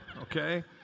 okay